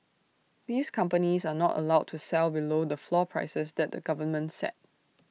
these companies are not allowed to sell below the floor prices that the government set